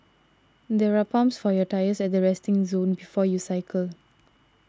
there are pumps for your tyres at the resting zone before you cycle